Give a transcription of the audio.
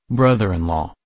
brother-in-law